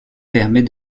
permet